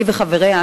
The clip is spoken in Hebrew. היא וחבריה,